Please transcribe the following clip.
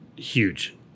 Huge